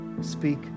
Speak